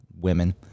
women